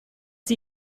sie